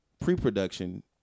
pre-production